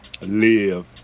live